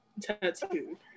tattoo